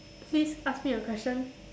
please ask me a question